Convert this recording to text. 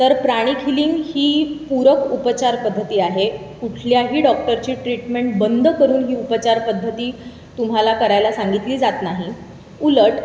तर pranic healing ही पूरक उपचारपद्धती आहे कुठल्याही डॉक्टरची ट्रीटमेंट बंद करून ही उपचारपद्धती तुम्हाला करायला सांगितली जात नाही उलट